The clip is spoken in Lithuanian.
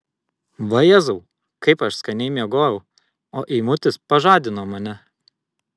vajezau kaip aš skaniai miegojau o eimutis pažadino mane